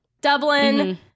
dublin